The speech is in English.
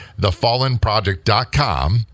thefallenproject.com